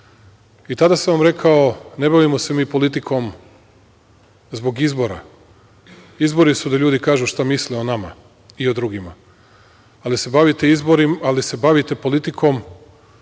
Tada sam vam rekao – ne bavimo se mi politikom zbog izbora. Izbori su da ljudi kažu šta misle o nama i drugima, ali se bavite politikom